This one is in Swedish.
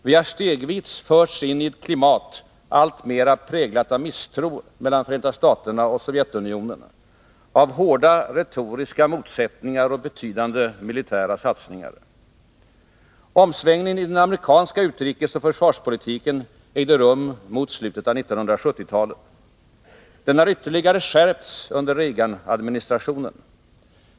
Vi har stegvis förts in i ett klimat alltmer präglat av misstro mellan Förenta staterna och Sovjetunionen, av hårda retoriska motsättningar och betydande militära satsningar. Omsvängningen i den amerikanska utrikesoch försvarspolitiken ägde rum mot slutet av 1970-talet. Den har ytterligare skärpts under Reaganadministrationen.